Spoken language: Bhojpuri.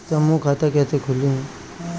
समूह खाता कैसे खुली?